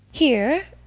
here?